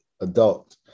adult